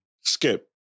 Skip